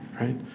right